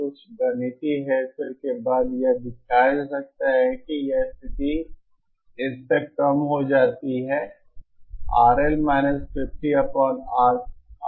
कुछ गणितीय हेरफेर के बाद यह दिखाया जा सकता है कि यह स्थिति इस तक कम हो जाती है